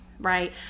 right